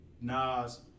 Nas